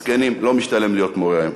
מסכנים, לא משתלם להיות מורה היום.